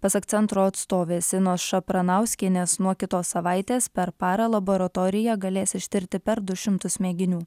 pasak centro atstovės inos šapranauskienės nuo kitos savaitės per parą laboratorija galės ištirti per du šimtus mėginių